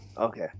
Okay